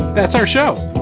that's our show.